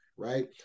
Right